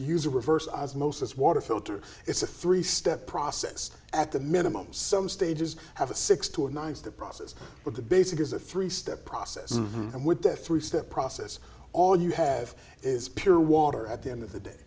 use a reverse osmosis water filter it's a three step process at the minimum some stages have a six to nine step process but the basic is a three step process and with that three step process all you have is pure water at the end of the